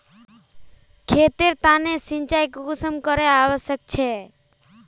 खेतेर तने सिंचाई कुंसम करे आवश्यक छै?